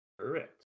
Correct